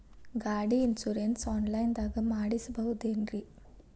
ಗಾಡಿ insurance online ದಾಗ ಮಾಡಸ್ಬಹುದೆನ್ರಿ?